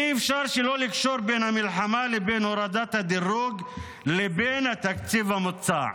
אי-אפשר שלא לקשור בין המלחמה לבין הורדת הדירוג לבין התקציב המוצע.